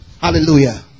Hallelujah